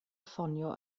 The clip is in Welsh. ffonio